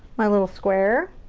my little square.